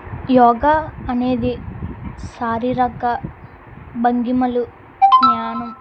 యోగా అనేది శారీరక భంగిమలు జ్ఞానం